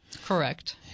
Correct